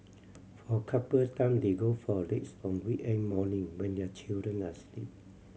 for couple time they go for a dates on weekend morning when their children are sleep